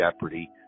jeopardy